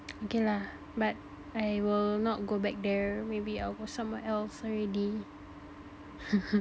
okay lah but I will not go back there maybe I'll go somewhere else already